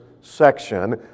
section